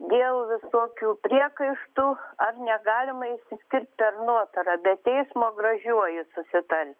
dėl visokių priekaištų ar negalima išsiskirt per notarą be teismo gražiuoju susitart